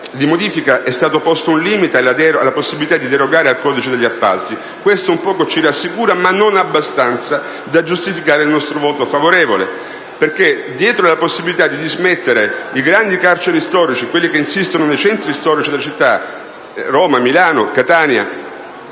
deputati, è stato posto un limite alla possibilità di derogare al codice degli appalti. Questo un poco ci rassicura, ma non abbastanza da giustificare il nostro voto favorevole, perché dietro la possibilità di dismettere le grandi carceri storiche, quelle che insistono nei centri storici di grandi città come Roma, Milano o Catania